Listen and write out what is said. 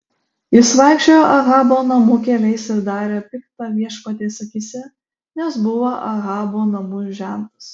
jis vaikščiojo ahabo namų keliais ir darė pikta viešpaties akyse nes buvo ahabo namų žentas